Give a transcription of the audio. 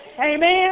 Amen